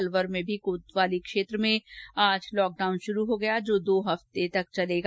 अलवर में भी कोतवाली थाना क्षेत्र में आज लॉकडाउन शुरू हो गया है जो दो हफ्ते तक चलेगा